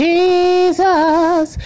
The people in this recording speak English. Jesus